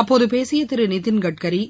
அப்போது பேசிய திரு நிதின் கட்கரி